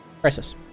Crisis